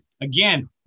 Again